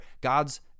God's